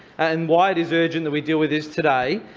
and why it is urgent that we deal with this today,